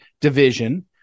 Division